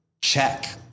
check